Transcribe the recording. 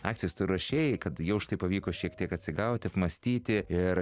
akcijos tu rašei kad jau štai pavyko šiek tiek atsigauti apmąstyti ir